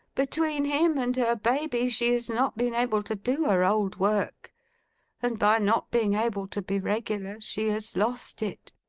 between him and her baby, she has not been able to do her old work and by not being able to be regular, she has lost it,